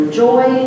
joy